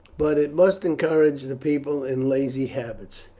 but it must encourage the people in lazy habits,